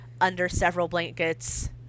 under-several-blankets